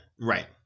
Right